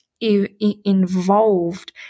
involved